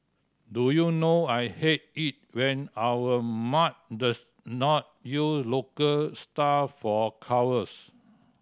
do you know I hate it when our mag the not local star for covers